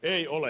ei ole